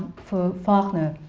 for faulkner,